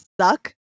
suck